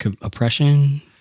oppression